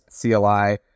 CLI